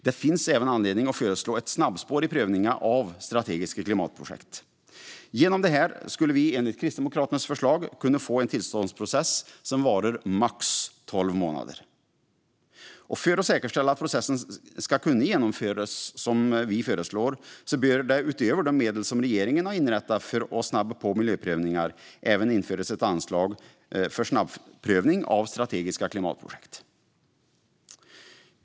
Det finns även anledning att föreslå ett snabbspår i prövningen av strategiska klimatprojekt. Genom detta skulle vi enligt Kristdemokraternas förslag kunna få en tillståndsprocess som varar maximalt tolv månader. För att säkerställa att processen ska kunna genomföras som vi föreslår bör det utöver de medel som regeringen har inrättat för att snabba på miljöprövningar även införas ett anslag för snabbprövning av strategiska klimatprojekt.